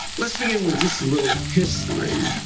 let's begin with just a little history.